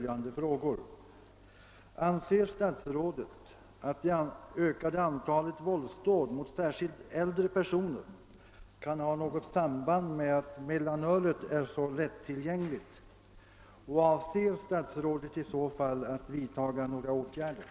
I andra fall är det missbruk av sprit, vin eller narkotika som ligger bakom. Några omedelbara åtgärder som riktar sig speciellt mot mellanölet övervägs inte. Enligt min mening bör resultatet av alkoholpolitiska utredningens arbete avvaktas.